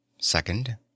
Second